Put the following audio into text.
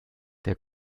der